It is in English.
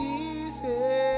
easy